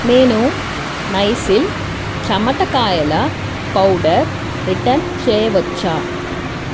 నేను నైసిల్ చెమట కాయల పౌడర్ రిటర్న్ చేయవచ్చా